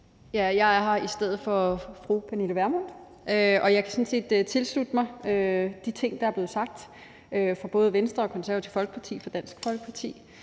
Jeg er her i stedet for fru Pernille Vermund. Jeg kan sådan set tilslutte mig de ting, der er blevet sagt af både Venstre, Det Konservative Folkeparti og Dansk Folkeparti.